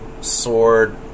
sword